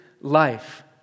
life